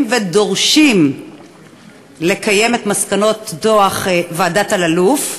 ודורשים לקיים את מסקנות דוח ועדת אלאלוף,